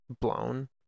blown